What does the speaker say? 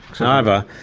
however,